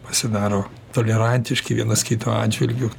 pasidaro tolerantiški vienas kito atžvilgiu